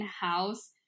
house